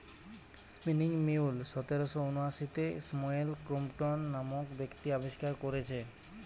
spinning mule সতেরশ ঊনআশিতে Samuel Crompton নামক ব্যক্তি আবিষ্কার কোরেছে